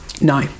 No